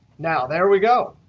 now, there we go.